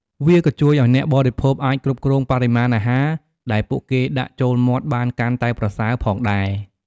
វាក៏ជួយឱ្យអ្នកបរិភោគអាចគ្រប់គ្រងបរិមាណអាហារដែលពួកគេដាក់ចូលមាត់បានកាន់តែប្រសើរផងដែរ។